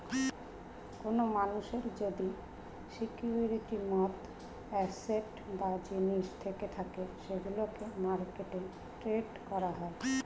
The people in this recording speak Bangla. কোন মানুষের যদি সিকিউরিটির মত অ্যাসেট বা জিনিস থেকে থাকে সেগুলোকে মার্কেটে ট্রেড করা হয়